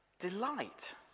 Delight